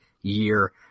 year